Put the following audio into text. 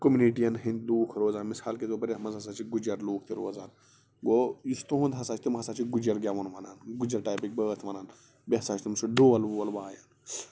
communities ہٕنٛدۍ لوٗکھ روزان مِثال کے طور پر یتھ منٛز ہسا چھِ گُجَر لوٗکھ تہِ روزان گوٚو یُس تُہُنٛد ہسا چھُ تِم ہسا چھِ گُجر گیوُن ونان گُجر ٹایپٕکۍ بٲتھ ونان بیٚیہِ ہسا چھِ تِم ڈوٗل ووٗل وایان